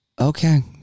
Okay